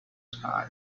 sky